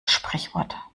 sprichwort